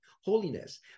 holiness